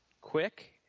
quick